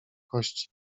kości